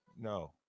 no